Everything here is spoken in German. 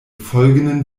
folgenden